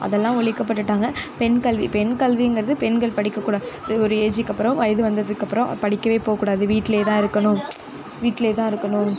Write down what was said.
அதெல்லாம் ஒழிக்கப்பட்டுட்டாங்க பெண் கல்வி பெண் கல்விங்கிறது பெண்கள் படிக்க கூடாது ஒரு ஏஜிக்கு அப்புறம் வயது வந்ததுக்கப்புறம் படிக்கவே போககூடாது வீட்டிலே தான் இருக்கணும் வீட்டிலே தான் இருக்கணும்